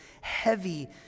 heavy